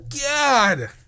God